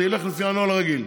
זה ילך לפי הנוהל הרגיל.